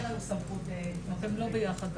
אין לנו סמכות בזה.